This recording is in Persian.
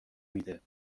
میده